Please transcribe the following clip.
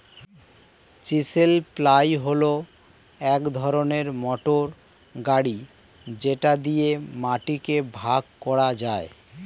chisel plough হল এক ধরনের মোটর গাড়ি যেটা দিয়ে মাটিকে ভাগ করা যায়